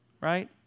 right